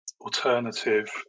alternative